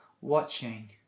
watching